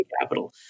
Capital